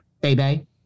baby